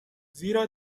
زیرا